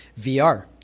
VR